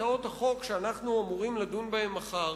הצעות החוק שאנחנו אמורים לדון בהן מחר,